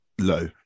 low